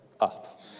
up